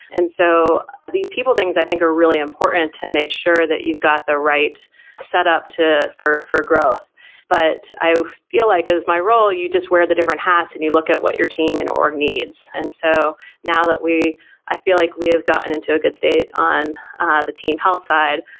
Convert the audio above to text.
and so these people things i think are really important to make sure that you've got the right setup for for growth but i feel like as my role, you just wear the hats hats and you look at what your team and org needs. and so now that we i feel like we have gotten into a good state on the team health side,